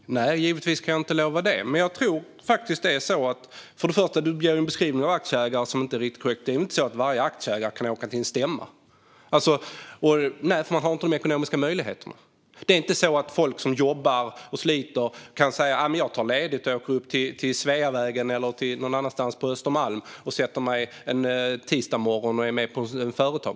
Fru talman! Givetvis kan jag inte lova det. För det första ger Mikael Eskilandersson en beskrivning av aktieägare som inte är riktigt korrekt. Det är inte så att alla aktieägare kan åka till en stämma. Man har inte de ekonomiska möjligheterna. Det är inte så att folk som jobbar och sliter kan säga att man tar ledigt och åker upp till Sveavägen eller någon annanstans på Östermalm och är med på en företagsstämma en tisdagsmorgon.